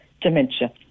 Dementia